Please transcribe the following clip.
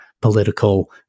political